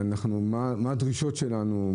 מה הדרישות שלנו?